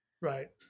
Right